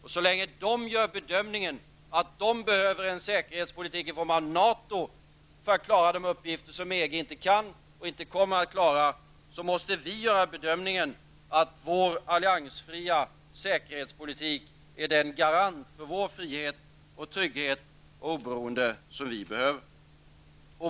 Och så länge de gör bedömningen att de behöver en säkerhetsgaranti för att klara de uppgifter som EG inte kan och kommer att klara, måste vi göra bedömingen att vår alliansfria säkerhetspolitik är den garant för frihet, trygghet och oberoende som vi behöver.